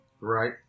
Right